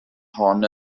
hon